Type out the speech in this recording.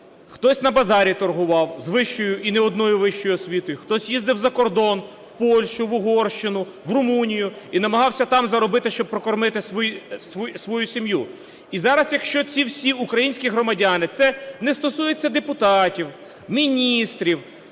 Хтось на базарі торгував. З вищою і не одної вищою освітою. Хтось їздив за кордон – в Польщу, в Угорщину, в Румунію – і намагався там заробити, щоб прокормити свою сім'ю. І зараз, якщо ці всі українські громадяни, це не стосується депутатів, міністрів,